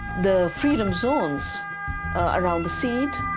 the freedom zones around the seed,